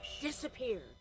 disappeared